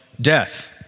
death